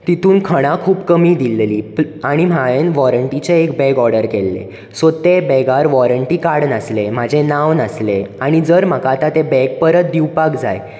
तितून खणां खूब कमी दिल्लीं आनी हायेन वॉरेंटीचे एक बॅग ऑर्डर केल्लें सो ते बॅगार वॉरेंटी कार्ड नासले म्हजे नांव नासलें आनी जर म्हाका ते बॅग आतां परत दिवपाक जाय